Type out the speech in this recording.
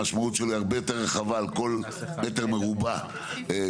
המשמעות שלו היא הרבה יותר רחבה על כל מטר מרובע שקורה.